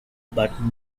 but